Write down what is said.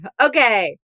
okay